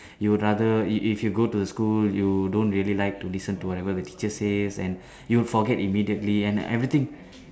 you would rather if if you go to school you don't really like to listen to whatever the teacher says and you will forget immediately and everything